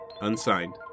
Unsigned